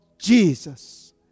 Jesus